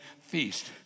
feast